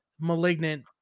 malignant